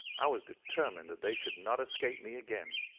i was determined that they should not escape me again.